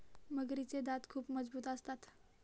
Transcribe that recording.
मगरीचे दात खूप मजबूत असतात